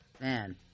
man